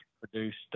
produced